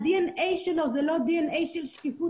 הדנ"א שלו זה לא דנ"א של שקיפות,